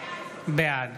בעד